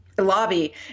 lobby